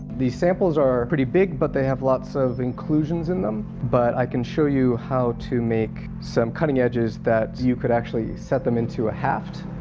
these samples are pretty big, but they have lots of inclusions in them, but i can show you how to make some cutting edges that you could actually set them into a haft,